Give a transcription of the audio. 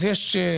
אז יש,